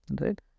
right